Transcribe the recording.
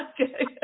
Okay